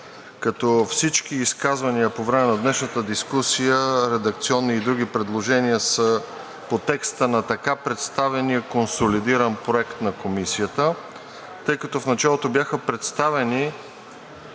като всички изказвания по време на днешната дискусия – редакционни и други предложения, са по текста на така представения консолидиран проект на Комисията. Тъй като в началото бяха представени